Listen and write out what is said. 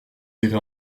irez